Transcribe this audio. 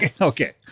okay